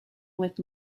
with